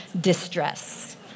distress